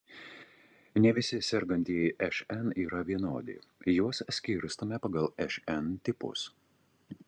ne visi sergantieji šn yra vienodi juos skirstome pagal šn tipus